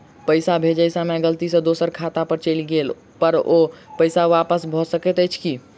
पैसा भेजय समय गलती सँ दोसर खाता पर चलि गेला पर ओ पैसा वापस भऽ सकैत अछि की?